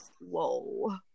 whoa